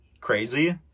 crazy